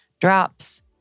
Drops